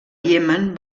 iemen